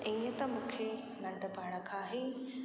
ईअं त मूंखे नंढपण खां ई